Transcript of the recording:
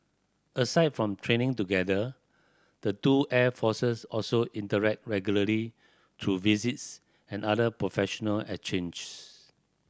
aside from training together the two air forces also interact regularly through visits and other professional exchanges